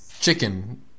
chicken